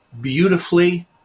beautifully